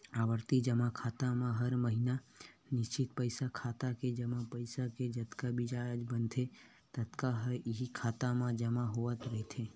आवरती जमा खाता म हर महिना निस्चित पइसा खाता के जमा पइसा के जतका बियाज बनथे ततका ह इहीं खाता म जमा होवत रहिथे